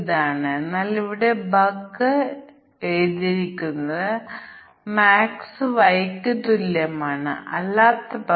അതിനാൽ നിങ്ങൾ negative test കേസുകൾ പരിഗണിക്കുകയാണെങ്കിൽ ഞങ്ങൾ 101 ഉം 0